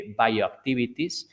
bioactivities